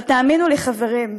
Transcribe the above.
אבל תאמינו לי, חברים,